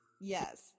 yes